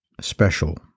special